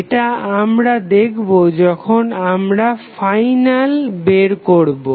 এটা আমরা দেখবো যখন আমরা ফাইনাল বের করবো